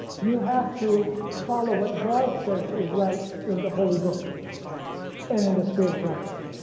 you have to follow what god says is right in the holy book and in the spirit of prophecy.